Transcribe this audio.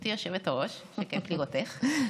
גברתי היושבת-ראש, כיף לראותך.